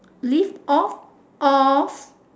live off of